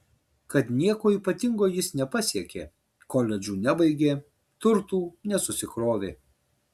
kad nieko ypatingo jis nepasiekė koledžų nebaigė turtų nesusikrovė